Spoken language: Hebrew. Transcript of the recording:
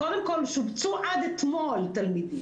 קודם כל, שובצו עד אתמול שובצו תלמידים.